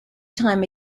time